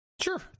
sure